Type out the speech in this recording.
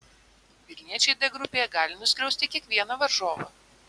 vilniečiai d grupėje gali nuskriausti kiekvieną varžovą